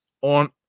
on